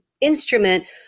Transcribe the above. instrument